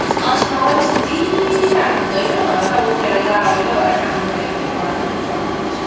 अल्छी नगरी सुतिरहनु हुँदैन र उठेर जाँगरिलो भएर काम गऱ्यो भने घुँडा दुख्ने च्वाट्टै हुन्छ